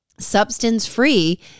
Substance-free